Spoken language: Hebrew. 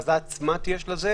שההכרזה עצמה תהיה של הכנסת?